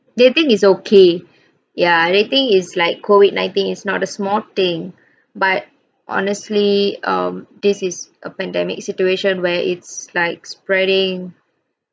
they think it's okay ya they think it's like COVID nineteen is not a small thing but honestly um this is a pandemic situation where it's like spreading